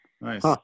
Nice